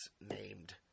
named